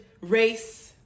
race